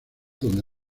donde